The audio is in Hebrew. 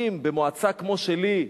אם במועצה כמו שלי,